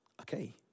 Okay